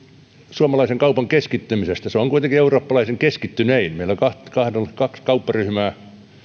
suomalaisen kaupan keskittymisestä se on kuitenkin eurooppalaisittain keskittynein meillä on kaksi kaupparyhmää